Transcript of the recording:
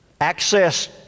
access